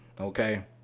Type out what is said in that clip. okay